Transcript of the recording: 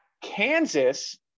kansas